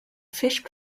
fish